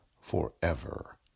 forever